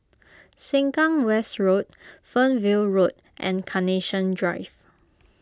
Sengkang West Road Fernvale Road and Carnation Drive